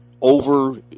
over